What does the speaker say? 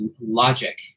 logic